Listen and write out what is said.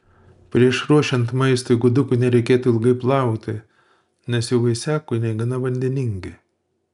prieš ruošiant maistui gudukų nereikėtų ilgai plauti nes jų vaisiakūniai gana vandeningi